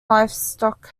livestock